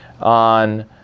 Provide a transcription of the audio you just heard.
on